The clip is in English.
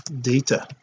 data